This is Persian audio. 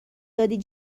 دادی